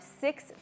six